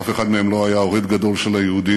אף אחד מהם לא היה אוהד גדול של היהודים,